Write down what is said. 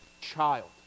child